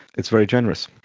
it's very generous.